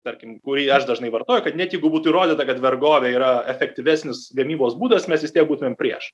tarkim kurį aš dažnai vartoju kad net jeigu būtų įrodyta kad vergovė yra efektyvesnis gamybos būdas mes vis tiek būtumėm prieš